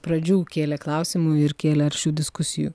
pradžių kėlė klausimų ir kėlė aršių diskusijų